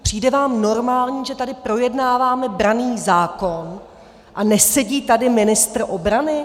Přijde vám normální, že tady projednáváme branný zákon a nesedí tady ministr obrany?